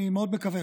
אני מאוד מקווה,